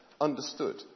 understood